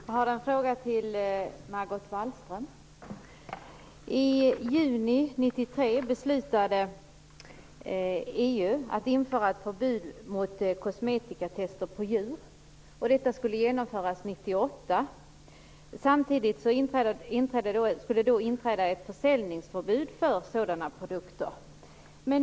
Fru talman! Jag har en fråga till Margot Wallström. I juni 1993 beslutade EU att införa ett förbud mot kosmetikatester på djur. Detta skulle genomföras 1998. Samtidigt skulle det inträda ett försäljningsförbud för sådana produkter.